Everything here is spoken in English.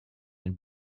and